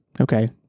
okay